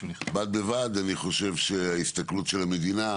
בד בבד אני חושב שההסתכלות של המדינה,